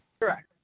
Correct